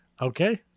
Okay